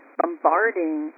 bombarding